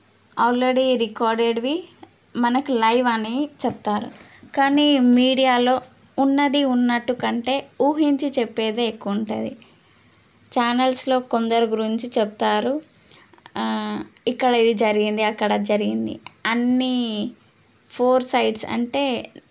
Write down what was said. already రికార్డెడ్వి మనకు live అని చెప్తారు కానీ మీడియాలో ఉన్నది ఉన్నట్టు కంటే ఊహించి చెప్పేదే ఎక్కువ ఉంటుంది ఛానల్స్లో కొందరు గురించి చెప్తారు ఇక్కడ ఇది జరిగింది అక్కడ అది జరిగింది అన్ని ఫోర్ సైడ్స్ అంటే